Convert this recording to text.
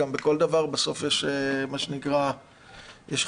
בכל דבר בסוף יש מה שנקרא חריגות.